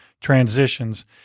transitions